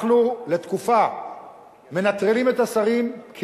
אנחנו מנטרלים את השרים לתקופה,